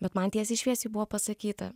bet man tiesiai šviesiai buvo pasakyta